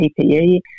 PPE